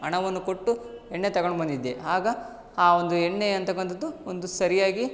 ಹಣವನ್ನು ಕೊಟ್ಟು ಎಣ್ಣೆ ತಗೊಂಡು ಬಂದಿದ್ದೆ ಆಗ ಆ ಒಂದು ಎಣ್ಣೆ ಅಂತಕ್ಕಂಥದ್ದು ಒಂದು ಸರಿಯಾಗಿ